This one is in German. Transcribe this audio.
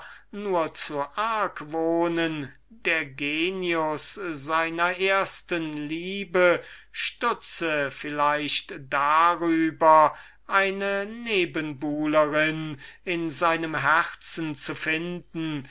nur zu argwöhnen der genius seiner ersten liebe stutze vielleicht darüber eine nebenbuhlerin in einem herzen zu finden